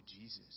Jesus